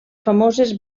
famoses